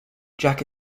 jack